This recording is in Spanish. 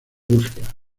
busca